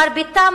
מרביתם